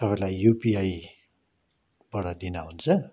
तपाईँलाई युपिआईबाट दिँदा हुन्छ